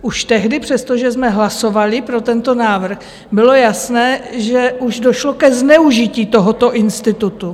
Už tehdy, přestože jsme hlasovali pro tento návrh, bylo jasné, že už došlo ke zneužití tohoto institutu.